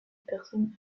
personnes